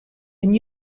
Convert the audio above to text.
and